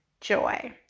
joy